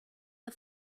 the